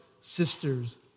sisters